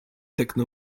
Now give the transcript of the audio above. techno